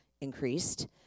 increased